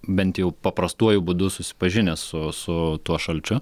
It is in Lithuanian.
bent jau paprastuoju būdu susipažinęs su su tuo šalčiu